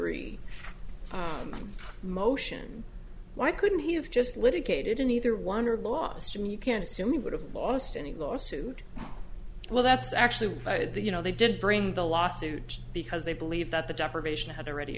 conclusory motion why couldn't he have just litigated in either one or lost him you can't assume he would have lost any lawsuit well that's actually the you know they did bring the lawsuit because they believe that the deprivation had already